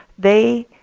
they